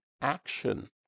action